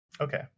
Okay